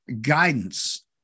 guidance